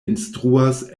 instruas